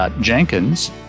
Jenkins